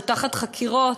כשהוא תחת חקירות,